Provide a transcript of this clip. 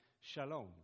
shalom